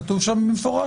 כתוב שם במפורש,